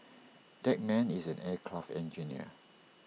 that man is an aircraft engineer